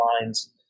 lines